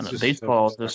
Baseball